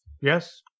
Yes